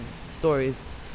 stories